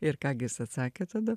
ir ką gi jis atsakė tada